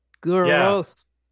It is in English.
Gross